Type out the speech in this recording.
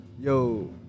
Yo